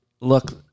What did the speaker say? look